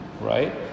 right